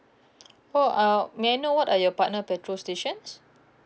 oh uh may I know what are your partner petrol stations